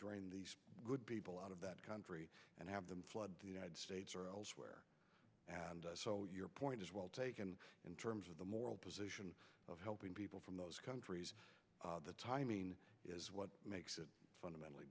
drain the good people out of that country and have them flood the united states or elsewhere and so your point is well taken in terms of the moral position of helping people from those countries the timing is what makes it fundamentally